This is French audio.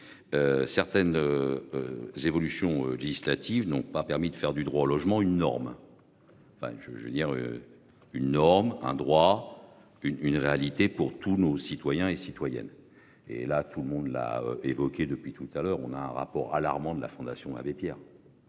Certaines. Évolutions législatives n'ont pas permis de faire du droit au logement, une norme. Enfin je, je veux dire. Une norme un droit une une réalité pour tous nos citoyens et citoyennes et là tout le monde l'a évoquée depuis tout à l'heure, on a un rapport alarmant de la Fondation Abbé Pierre.